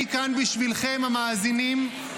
אני כאן בשבילכם, המאזינים.